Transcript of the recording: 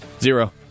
Zero